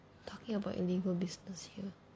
talking about illegal business here